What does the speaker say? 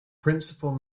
principal